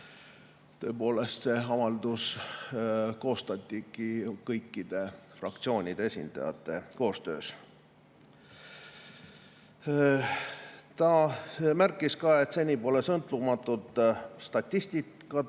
Tõepoolest, see avaldus koostati kõikide fraktsioonide esindajate koostöös. Ta märkis ka, et seni pole sõltumatut statistikat